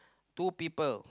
two people